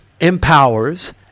empowers